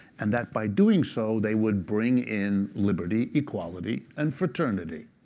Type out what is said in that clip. and that by doing so, they would bring in liberty, equality, and fraternity.